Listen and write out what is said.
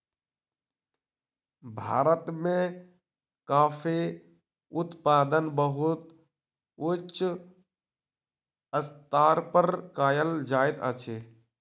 भारत में कॉफ़ी उत्पादन बहुत उच्च स्तर पर कयल जाइत अछि